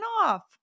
off